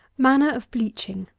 manner of bleaching.